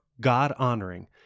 God-honoring